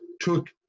took